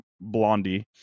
Blondie